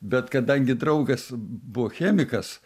bet kadangi draugas buvo chemikas